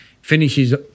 finishes